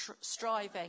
striving